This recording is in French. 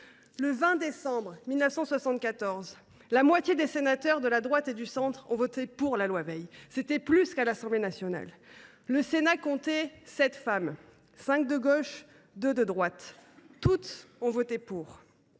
Le 20 décembre 1974, la moitié des sénateurs de la droite et du centre ont voté pour la loi Veil. C’était plus qu’à l’Assemblée nationale. Le Sénat comptait sept femmes : cinq de gauche et deux de droite. Toutes ont voté pour